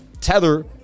Tether